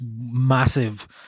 massive